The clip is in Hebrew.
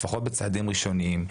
לפחות בצעדים ראשונים,